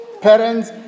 Parents